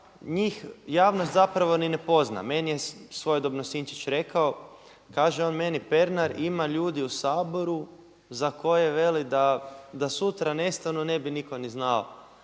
Njih javnost zapravo ni ne poznaje. Meni je svojedobno Sinčić rekao, kaže on meni Pernar ima ljudi u Saboru za koje veli da sutra nestanu ne bi nitko ni znao